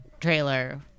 trailer